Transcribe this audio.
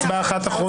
אין הצבעה אחת אחרונה?